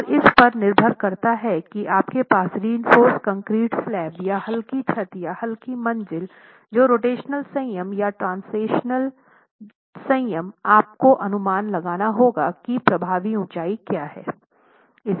और इस पर निर्भर करता है कि आपके पास रीइनफ़ोर्स कंक्रीट स्लैब या हल्की छत या हल्की मंजिल जो रोटेशनल संयम या ट्रांसलेशनल ट्रांसलेशनल संयम आपको अनुमान लगाना होगा कि प्रभावी ऊंचाई क्या है